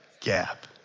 gap